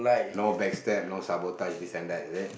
no back stab no sabotage this and that is it